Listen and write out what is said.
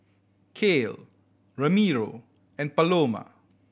Kale Ramiro and Paloma